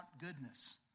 goodness